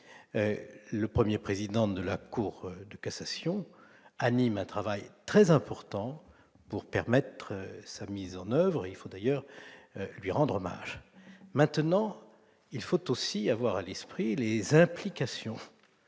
Le premier président de la Cour de cassation anime un travail très important pour permettre la mise en oeuvre de cet, et il faut lui en rendre hommage. Cela étant, il faut aussi avoir à l'esprit les implications